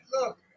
Look